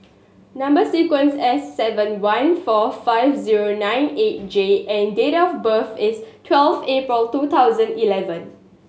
number sequence S seven one four five zero nine eight J and date of birth is twelve April two thousand eleven